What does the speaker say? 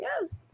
yes